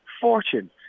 fortune